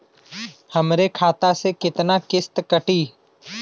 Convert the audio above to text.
हमरे खाता से कितना किस्त कटी?